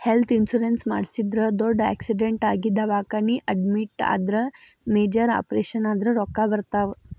health insurance ಮಾಡಿಸಿದ್ರ ದೊಡ್ಡ್ accident ಆಗಿ ದವಾಖಾನಿ ಅಡ್ಮಿಟ್ ಆದ್ರ ಮೇಜರ್ ಆಪರೇಷನ್ ಆದ್ರ ರೊಕ್ಕಾ ಬರ್ತಾವ